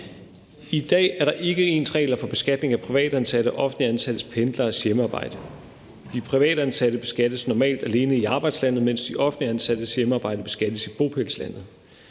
I dag er der ikke ens regler for beskatning af privatansatte og offentligt ansatte pendleres hjemmearbejde. De privatansatte beskattes normalt alene i arbejdslandet, mens de offentligt ansattes hjemmearbejde beskattes i bopælslandet.